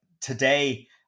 Today